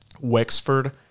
Wexford